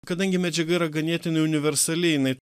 kadangi medžiaga yra ganėtinai universali jinai